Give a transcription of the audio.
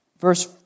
Verse